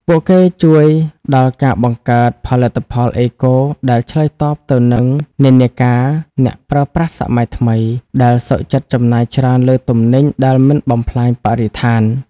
ពួកគេជួយដល់ការបង្កើតផលិតផលអេកូ ដែលឆ្លើយតបទៅនឹងនិន្នាការអ្នកប្រើប្រាស់សម័យថ្មី ដែលសុខចិត្តចំណាយច្រើនលើទំនិញដែលមិនបំផ្លាញបរិស្ថាន។